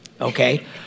Okay